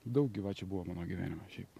daug gyvačių buvo mano gyvenime šiaip